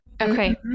Okay